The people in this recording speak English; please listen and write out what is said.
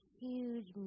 huge